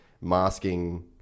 masking